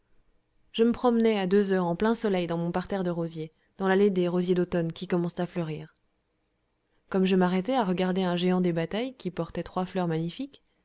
je me promenais à deux heures en plein soleil dans mon parterre de rosiers dans l'allée des rosiers d'automne qui commencent à fleurir comme je m'arrêtais à regarder un géant des batailles qui portait trois fleurs magnifiques